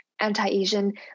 anti-Asian